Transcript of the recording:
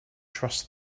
trust